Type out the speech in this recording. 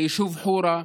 היישוב חורה,